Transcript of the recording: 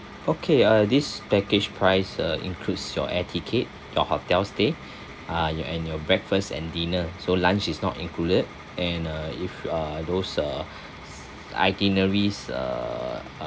okay uh this package price uh includes your air ticket your hotel stay uh your and your breakfast and dinner so lunch is not included and uh if uh those uh itineraries uh